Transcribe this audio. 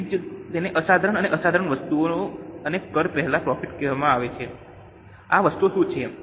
તેથી જ તેને અસાધારણ અને અસાધારણ વસ્તુઓ અને કર પહેલાં પ્રોફિટ કહેવાય છે આ વસ્તુઓ શું છે